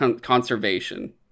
conservation